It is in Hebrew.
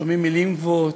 שומעים מילים גבוהות,